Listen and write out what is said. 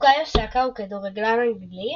בוקאיו סאקה הוא כדורגלן אנגלי,